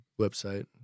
website